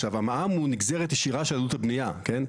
עכשיו, המע"מ הוא נגזרת ישירה של עלות הבנייה, כן?